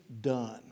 done